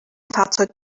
fahrzeug